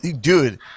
dude